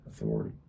authority